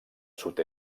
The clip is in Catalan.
sud